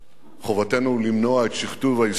חובתנו למנוע את שכתוב ההיסטוריה,